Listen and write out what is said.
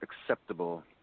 acceptable